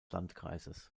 landkreises